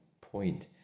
point